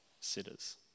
sitters